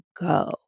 go